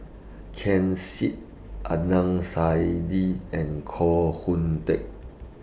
Ken Seet Adnan Saidi and Koh Hoon Teck